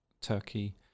turkey